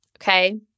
Okay